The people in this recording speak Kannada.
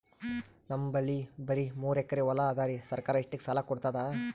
ನಮ್ ಬಲ್ಲಿ ಬರಿ ಮೂರೆಕರಿ ಹೊಲಾ ಅದರಿ, ಸರ್ಕಾರ ಇಷ್ಟಕ್ಕ ಸಾಲಾ ಕೊಡತದಾ?